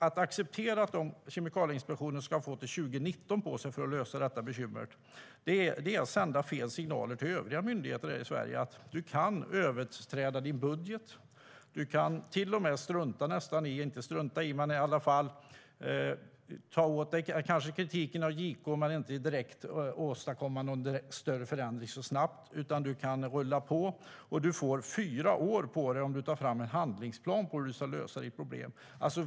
Att acceptera att Kemikalieinspektionen ska få till 2019 på sig för att lösa detta bekymmer är att sända fel signaler till övriga myndigheter i Sverige. Det man säger är att du kan överträda din budget och nästan strunta i att ta åt dig kritiken av JK. Du kan låta bli att åstadkomma någon större förändring särskilt snabbt, utan du kan i stället rulla på. Du får fyra år på dig om du tar fram en handlingsplan för hur du ska lösa dina problem.